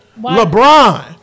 LeBron